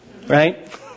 Right